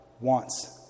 wants